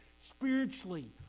Spiritually